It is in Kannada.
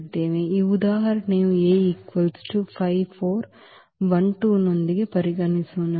ಈ ಉದಾಹರಣೆಯನ್ನು ನೊಂದಿಗೆ ಪರಿಗಣಿಸೋಣ